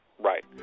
Right